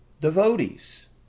devotees